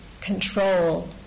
control